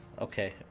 okay